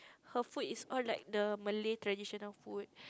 her food is all like the Malay traditional food